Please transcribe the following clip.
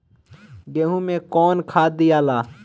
गेहूं मे कौन खाद दियाला?